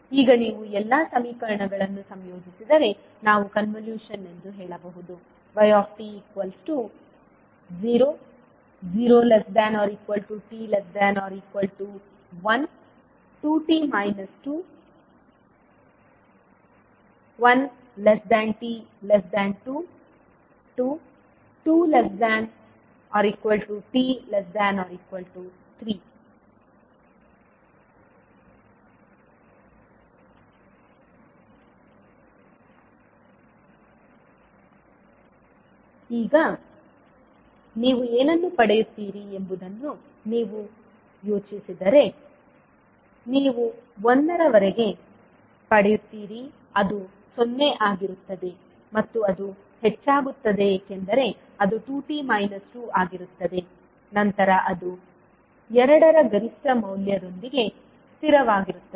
ಈಗ ನೀವು ಎಲ್ಲಾ ಸಮೀಕರಣಗಳನ್ನು ಸಂಯೋಜಿಸಿದರೆ ನಾವು ಕನ್ವಲ್ಯೂಷನ್ ಎಂದು ಹೇಳಬಹುದು yt00≤t≤1 2t 21≤t≤2 22≤t≤3 ಈಗ ನೀವು ಏನನ್ನು ಪಡೆಯುತ್ತೀರಿ ಎಂಬುದನ್ನು ನೀವು ಯೋಜಿಸಿದರೆ ನೀವು 1 ವರೆಗೆ ಪಡೆಯುತ್ತೀರಿ ಅದು 0 ಆಗಿರುತ್ತದೆ ಮತ್ತು ಅದು ಹೆಚ್ಚಾಗುತ್ತದೆ ಏಕೆಂದರೆ ಅದು 2t 2 ಆಗಿರುತ್ತದೆ ನಂತರ ಅದು 2 ರ ಗರಿಷ್ಠ ಮೌಲ್ಯದೊಂದಿಗೆ ಸ್ಥಿರವಾಗಿರುತ್ತದೆ